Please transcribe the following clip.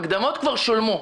המקדמות כבר שולמו.